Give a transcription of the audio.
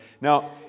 Now